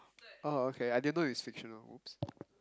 oh okay I didn't know its fictional